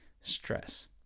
stress